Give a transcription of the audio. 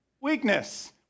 Weakness